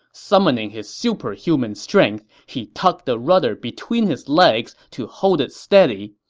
summoning his superhuman strength, he tucked the rudder between his legs to hold it steady,